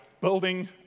building